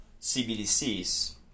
CBDCs